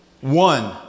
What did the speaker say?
One